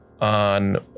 on